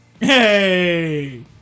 Hey